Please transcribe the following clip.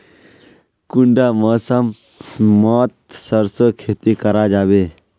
कुंडा मौसम मोत सरसों खेती करा जाबे?